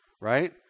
Right